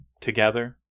together